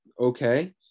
okay